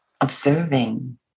observing